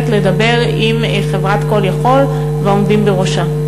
לדבר עם חברת "Call יכול" והעומדים בראשה.